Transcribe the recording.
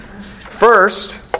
First